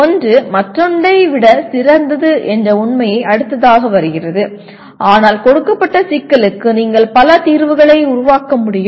ஒன்று மற்றொன்றை விட சிறந்தது என்ற உண்மை அடுத்ததாக வருகிறது ஆனால் கொடுக்கப்பட்ட சிக்கலுக்கு நீங்கள் பல தீர்வுகளை உருவாக்க முடியும்